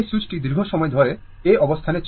এই সুইচটি দীর্ঘ সময় ধরে A অবস্থানে ছিল